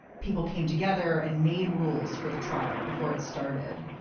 people came together and made rules for the trial before it started.